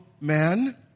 man